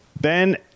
Ben